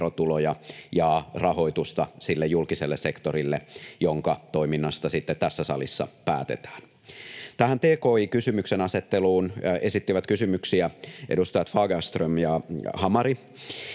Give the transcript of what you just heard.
ja rahoitusta sille julkiselle sektorille, jonka toiminnasta sitten tässä salissa päätetään. Tähän tki-kysymyksenasetteluun esittivät kysymyksiä edustajat Fagerström ja Hamari.